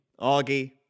Augie